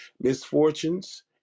misfortunes